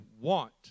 want